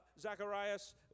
Zacharias